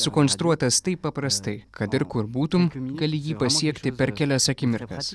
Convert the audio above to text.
sukonstruotas taip paprastai kad ir kur būtum gali jį pasiekti per kelias akimirkas